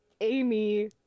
Amy